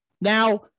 Now